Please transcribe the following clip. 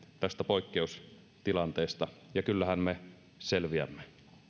tästä poikkeustilanteesta ja kyllähän me selviämme